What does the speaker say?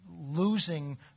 losing